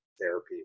therapy